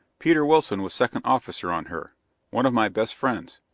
peter wilson was second officer on her one of my best friends.